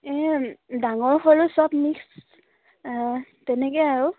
এই ডাঙৰ হ'লেও চব মিক্স তেনেকৈ আৰু